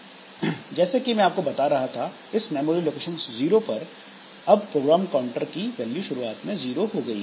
जैसे कि मैं आपको बता रहा था इस मेमोरी लोकेशन 0 पर अब प्रोग्राम काउंटर की वैल्यू शुरुआत में 0 हो गई है